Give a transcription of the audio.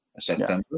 September